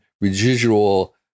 residual